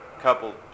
couple